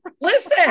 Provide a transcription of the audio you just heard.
Listen